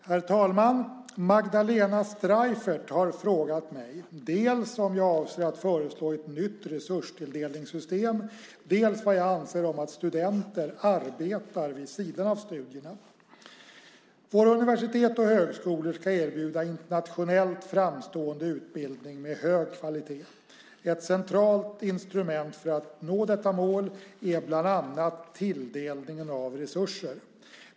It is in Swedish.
Herr talman! Magdalena Streijffert har frågat mig dels om jag avser att föreslå ett nytt resurstilldelningssystem, dels vad jag anser om att studenter arbetar vid sidan av studierna. Våra universitet och högskolor ska erbjuda internationellt framstående utbildning med hög kvalitet. Ett centralt instrument för att nå detta mål är bland annat tilldelningen av resurser.